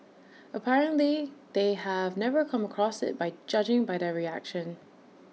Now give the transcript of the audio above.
apparently they have never come across IT by judging by their reaction